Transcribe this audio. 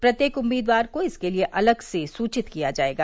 प्रत्येक उम्मीदवार को इसके लिए अलग से सूचित किया जाएगा